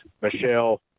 Michelle